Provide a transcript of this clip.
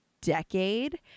decade